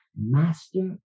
master